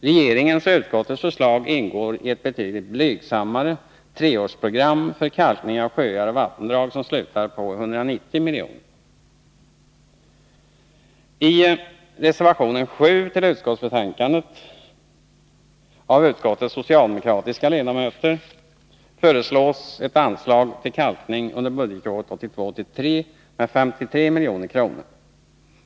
Regeringens och utskottets förslag ingår i ett betydligt blygsammare treårsprogram för kalkning av sjöar och vattendrag som slutar på 190 milj.kr. I reservationen 7 av utskottets socialdemokratiska ledamöter föreslås ett anslag till kalkning under budgetåret 1982/83 om 53 milj.kr.